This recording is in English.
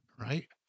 right